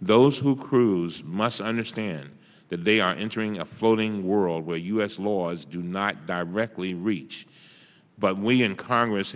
those who cruise must understand that they are entering a voting world where u s laws do not directly reach but we in congress